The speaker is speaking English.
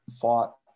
fought